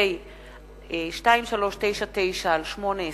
חוק פ/2399/18